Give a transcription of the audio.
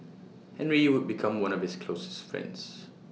Henry would become one of his closest friends